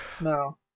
no